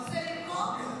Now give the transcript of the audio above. נכון?